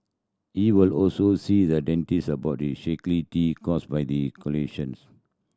he will also see the dentist about his shaky teeth caused by the collisions